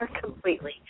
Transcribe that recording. completely